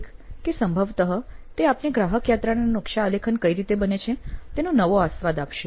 એક કે સંભવતઃ તે આપને ગ્રાહક યાત્રાનું નકશા આલેખન કઈ રીતે બને છે તેનો નવો આસ્વાદ આપશે